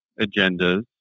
agendas